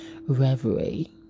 reverie